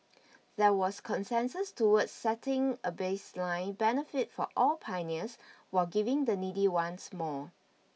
there was consensus towards setting a baseline benefit for all pioneers while giving the needy ones more